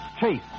Chase